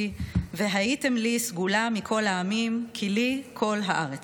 והייתם לי סגולה מכל העמים כי לי כל הארץ"